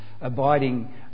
abiding